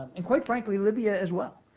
and quite frankly libya as well,